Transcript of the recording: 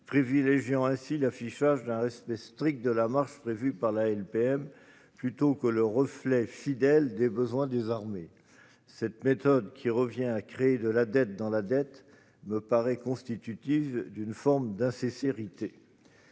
privilégiant ainsi l'affichage d'un respect strict de la marche prévue par la LPM plutôt que le reflet fidèle des besoins des armées. Cette méthode, qui revient à créer de la dette dans la dette, me paraît constitutive d'une forme d'insincérité.